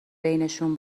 بینشون